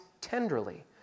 tenderly